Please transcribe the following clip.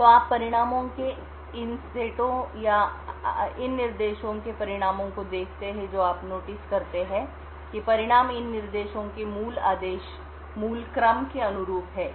तो आप परिणामों के इन सेटों या इन निर्देशों के परिणामों को देखते हैं और जो आप नोटिस करते हैं कि परिणाम इन निर्देशों के मूल आदेश क्रम के अनुरूप हैं